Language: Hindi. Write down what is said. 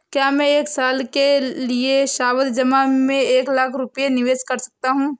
क्या मैं एक साल के लिए सावधि जमा में एक लाख रुपये निवेश कर सकता हूँ?